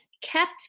kept